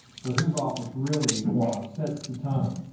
so his office really sets the tone.